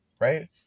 right